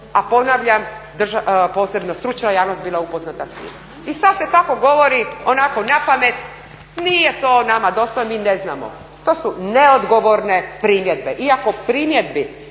a ponavljam posebno stručna javnost bila upoznata s tim. I sad se tako govori, onako napamet, nije to nama dosta, mi ne znamo. To su neodgovorne primjedbe. Iako primjedbi